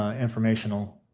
ah informational.